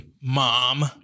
Mom